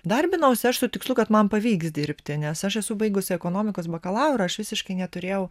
darbinausi aš su tikslu kad man pavyks dirbti nes aš esu baigusi ekonomikos bakalaurą aš visiškai neturėjau